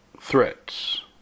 threats